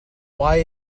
why